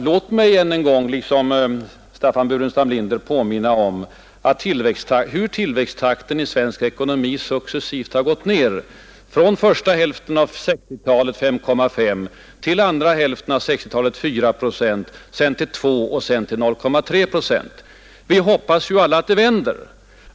Låt mig ännu en gång liksom Staffan Burenstam Linder påminna om hur tillväxttakten i svensk ekonomi successivt har sjunkit från första hälften av 1960-talet då den var 5,5 procent till andra hälften av 1960-talet då den var 4 procent, därefter till 2 procent och sedan till 0,3 procent. Vi hoppas ju alla att det vänder.